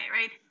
right